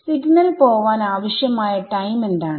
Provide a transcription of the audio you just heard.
signal പോവാൻ ആവശ്യമായ time എന്താണ്